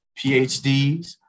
PhDs